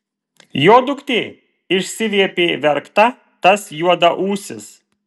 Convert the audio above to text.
jo duktė išsiviepė verkta tas juodaūsis